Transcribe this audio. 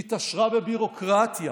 היא התעשרה בביורוקרטיה,